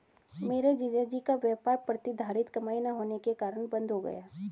मेरे जीजा जी का व्यापार प्रतिधरित कमाई ना होने के कारण बंद हो गया